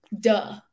duh